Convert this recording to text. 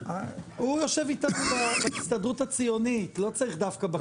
הוא יושב איתנו בהסתדרות הציונית לא צריך דווקא בכנסת.